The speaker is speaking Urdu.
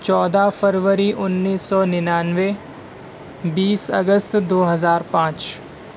چودہ فروری انیس سو ننانوے بیس اگست دو ہزار پانچ